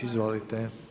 Izvolite.